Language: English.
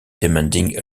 demanding